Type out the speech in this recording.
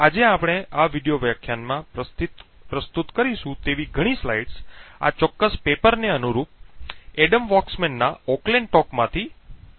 આજે આપણે આ વિડિઓ વ્યાખ્યાનમાં પ્રસ્તુત કરીશું તેવી ઘણી સ્લાઇડ્સ આ ચોક્કસ પેપર ને અનુરૂપ એડમ વૉક્સમેન ના ઓકલેન્ડ ટૉક માંથી છે